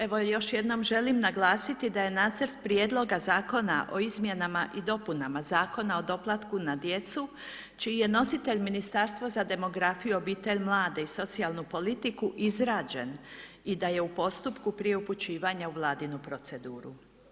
Evo još jednom želim naglasiti da je Nacrt prijedloga zakona o izmjenama i dopunama Zakona o doplatku na djecu čiji je nositelj Ministarstvo za demografiju, obitelj, mlade i socijalnu politiku izrađen i da je u postupku prije upućivanja u vladinu proceduru.